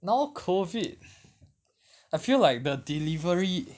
now COVID I feel like the